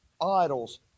idols